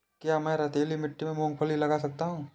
क्या मैं रेतीली मिट्टी में मूँगफली लगा सकता हूँ?